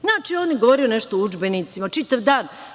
Znači on je govorio nešto o udžbenicima, čitav dan.